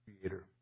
Creator